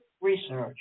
research